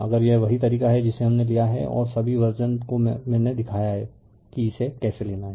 अगर यह वही तरीका है जिसे हमने लिया है और सभी वर्शन को मैंने दिखाया है कि इसे कैसे लेना है